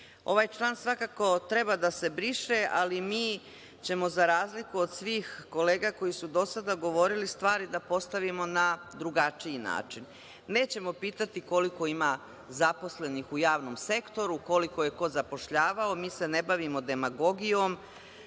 Ovaj član svakako treba da se briše, ali mi ćemo, za razliku od svih kolega koji su do sada govorili, stvari da postavimo na drugačiji način. Nećemo pitati koliko ima zaposlenih u javnom sektoru, koliko je ko zapošljavao, mi se ne bavimo demagogijom. Zapošljavali